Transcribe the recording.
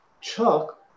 chuck